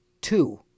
two